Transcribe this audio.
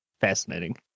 fascinating